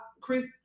chris